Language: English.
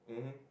mmhmm